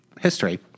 History